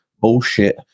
bullshit